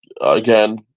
Again